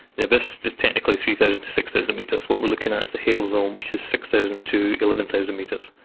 the abyss is just technically three thousand to six thousand metres. what we're looking at is the hadal zone which is six thousand to eleven thousand metres,